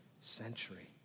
century